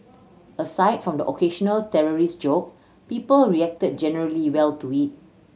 aside from the occasional terrorist joke people reacted generally well to it